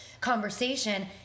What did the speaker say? conversation